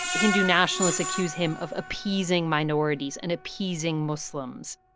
hindu nationalists accuse him of appeasing minorities and appeasing muslims.